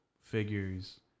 figures